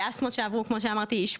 אסמות שעברו אישפוזים.